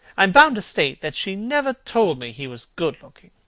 i am bound to state that she never told me he was good-looking.